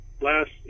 last